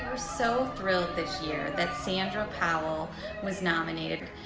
so thrilled this year that sandra powelll was nominated,